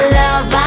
love